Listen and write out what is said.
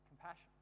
Compassion